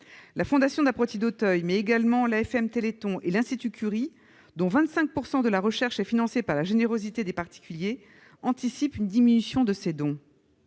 La fondation Apprentis d'Auteuil, mais également l'AFM-Téléthon et l'Institut Curie, dont 25 % de la recherche est financée par la générosité des particuliers, anticipent une diminution des dons.